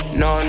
no